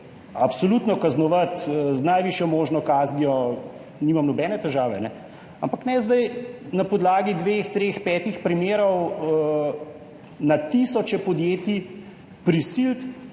je treba kaznovati z najvišjo možno kaznijo, nimam nobene težave, ampak ne zdaj na podlagi dveh, treh, petih primerov na tisoče podjetij prisiliti